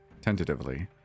tentatively